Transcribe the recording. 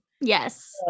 yes